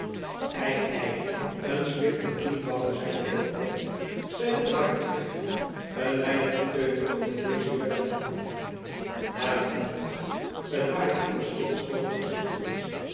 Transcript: ei een smid moet niet bang zijn voor wat hette zeide de marktschrijver een weinig beteuterd over deze juiste aanmerking maar inderdaad het ware immers veel schooner gezicht geweest